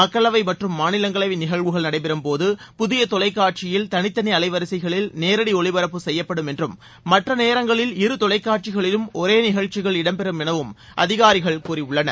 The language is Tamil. மக்களவை மற்றும் மாநில்ங்களவை நிகழ்வுகள் நடைபெறும் போது புதிய தொலைக்காட்சியில் தனித்தனி அலைவரிசைகளில் நேரடி ஒளிபரப்பு செய்யப்படும் என்றும் மற்ற நேரங்களில் இரு தொலைக்காட்சிகளிலும் ஒரே நிகழ்ச்சிகள் இடம்பெறும் எனவும் அதிகாரிகள் கூறியுள்ளனர்